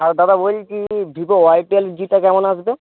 হ্যাঁ দাদা বলছি ভিভো আই টুয়েলভ জিটা কেমন আসবে